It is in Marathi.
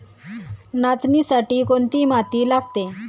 नाचणीसाठी कोणती माती लागते?